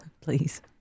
please